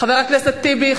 חבר הכנסת טיבי.